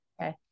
okay